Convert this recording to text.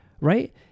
right